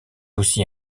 aussi